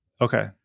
Okay